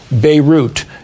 Beirut